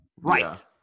Right